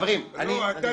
אתה